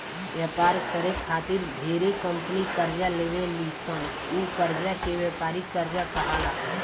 व्यापार करे खातिर ढेरे कंपनी कर्जा लेवे ली सन उ कर्जा के व्यापारिक कर्जा कहाला